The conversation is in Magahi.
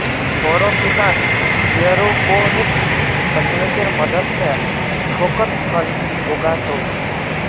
बोरो किसान एयरोपोनिक्स तकनीकेर मदद स थोकोत फल उगा छोक